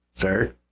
sir